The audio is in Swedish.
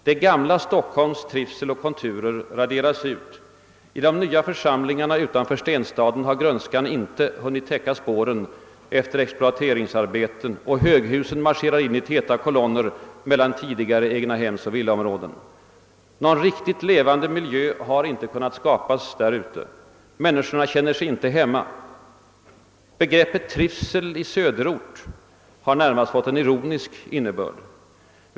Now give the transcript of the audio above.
Det gamla Stockholms trivsel och konturer raderas ut. I de nya församlingarna utanför stenstaden har grönskan inte hunnit täcka spåren efter exploateringsarbeten, och höghusen marscherar in i täta kolonner mellan tidigare egnahemsoch villaområden. Någon riktigt levande miljö har inte kunnat skapats därute. Människorna känner sig inte hemma. Begreppet trivsel i söderort” har närmast fått en ironisk innebörd.